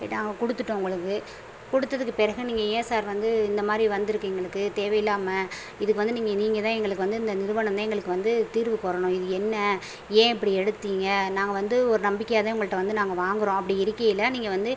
நாங்கள் கொடுத்துட்டோம் உங்களுக்கு கொடுத்ததுக்கு பிறகு நீங்கள் ஏன் சார் வந்து இந்தமாதிரி வந்துருக்கு எங்களுக்கு தேவையில்லாமல் இதுக்கு வந்து நீங்கள் நீங்கள் தான் எங்களுக்கு வந்து இந்த நிறுவனம் தான் எங்களுக்கு வந்து தீர்வுக்கு வரணும் இது என்ன ஏன் இப்படி எடுத்தீங்க நாங்கள் வந்து ஒரு நம்பிக்கையாக தான் உங்கள்கிட்ட வந்து நாங்கள் வாங்கிறோம் அப்படி இருக்கையில் நீங்கள் வந்து